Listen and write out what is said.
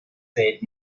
said